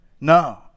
No